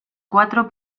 cuatro